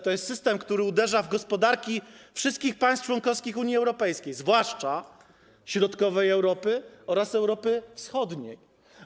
To jest system, który uderza w gospodarki wszystkich państw członkowskich Unii Europejskiej, zwłaszcza Europy Środkowej oraz Europy Wschodniej.